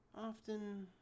often